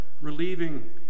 relieving